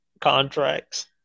contracts